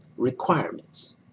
requirements